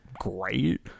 great